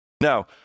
Now